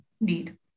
indeed